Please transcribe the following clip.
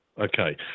okay